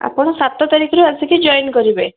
ଆପଣ ସାତ ତାରିଖରୁ ଆସିକି ଜଏନ୍ କରିବେ